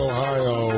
Ohio